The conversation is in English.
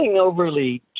overly